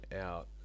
out